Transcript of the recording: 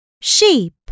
Sheep